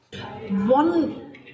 One